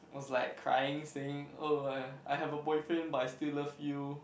was like crying saying oh I I have a boyfriend but I still love you